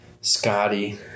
Scotty